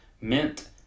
mint